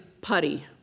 putty